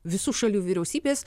visų šalių vyriausybės